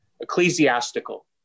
ecclesiastical